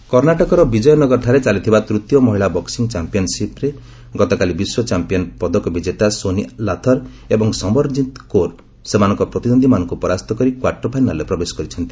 boxing କର୍ଷାଯକର ବିଜୟନଗରଠାରେ ଚାଲିଥିବା ତୃତୀୟ ମହିଳା ବକ୍କିଂ ଚାମ୍ପିୟନ୍ସିପ୍ରେ ଗତକାଲି ବିଶ୍ୱ ଚାମ୍ପିୟନ୍ ପଦକ ବିଜେତା ସୋନିଆ ଲାଥର ଏବଂ ସମରନ୍ଜିତ୍ କୌର୍ ସେମାନଙ୍କ ପ୍ରତିଦ୍ୱନ୍ଦ୍ୱୀମାନଙ୍କୁ ପରାସ୍ତ କରି କ୍ୱାଟିର୍ ଫାଇନାଲ୍ରେ ପ୍ରବେଶ କରିଛନ୍ତି